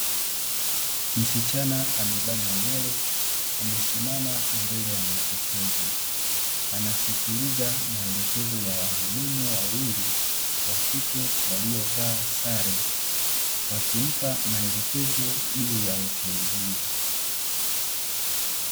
Msichana amebana nywele ame simama mbele ya mapokezi anasikiliza maelekezo ya wahudumu wawili wakike waliovaa sare wakimpa maelekezo juu ya hoteli hiyo.